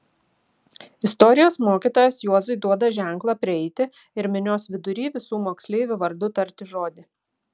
istorijos mokytojas juozui duoda ženklą prieiti ir minios vidury visų moksleivių vardu tarti žodį